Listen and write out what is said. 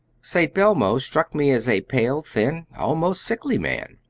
st. belmo struck me as a pale, thin, almost sickly man.